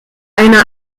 eine